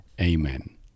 Amen